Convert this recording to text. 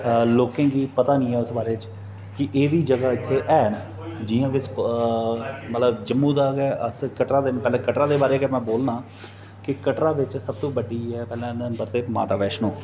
लोकें गी पता नेईं ऐ इस बारे च कि एह्बी जगह इत्थै हैन जि'यां कि मतलब जम्मू दा गै कटरा पैहलैं कटरा दे बारे च गै में बोलना कि कटरा बिच सब तू बड्डी हैन माता वैष्णो